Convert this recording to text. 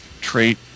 trait